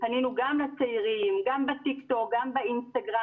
פנינו גם לצעירים גם בטיק טוק, גם באינסטגרם.